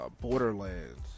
Borderlands